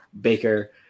Baker